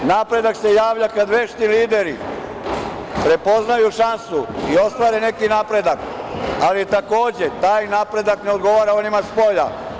Napredak se javlja kada vešti lideri prepoznaju šansu i ostvare neki napredak, ali takođe taj napredak ne odgovara onima spolja.